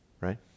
right